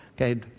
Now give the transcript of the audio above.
Okay